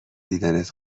دیدنت